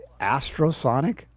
Astrosonic